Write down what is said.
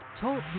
Talk